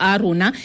Aruna